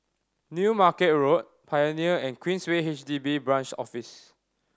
New Market Road Pioneer and Queensway H D B Branch Office